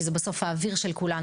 כי זה בסוף זה האוויר של כולנו,